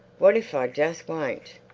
what if i just won't?